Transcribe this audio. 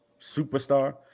superstar